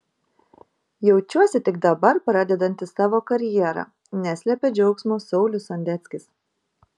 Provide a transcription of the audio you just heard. jaučiuosi tik dabar pradedantis savo karjerą neslepia džiaugsmo saulius sondeckis